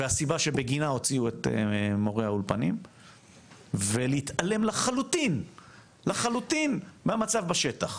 והסיבה שבגינה הוציאו את מורי האולפנים ולהתעלם לחלוטין מהמצב בשטח.